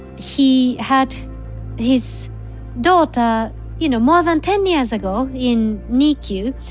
he had his daughter you know more than ten years ago in nicu,